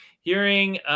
Hearing